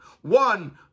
one